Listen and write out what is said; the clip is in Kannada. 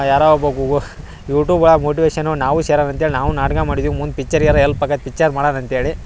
ಯಾರೋ ಒಬ್ಬ ಗೂಗು ಯೂಟೂಬಾ ಮೋಟಿವೇಷನ್ನು ನಾವು ಸೇರನ ಅಂತೇಳಿ ನಾವು ನಾಟಕ ಮಾಡಿದೀವಿ ಮುಂದೆ ಪಿಚ್ಚರಿಗಾರ ಎಲ್ಪ್ ಆಗತ್ತೆ ಪಿಚ್ಚರ್ ಮಾಡಣ ಅಂತೇಳಿ